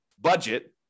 budget